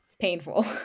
painful